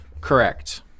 correct